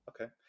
Okay